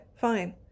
fine